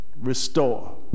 restore